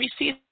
receive